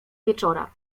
wieczora